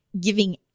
giving